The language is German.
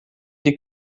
die